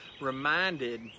reminded